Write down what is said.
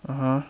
(uh huh)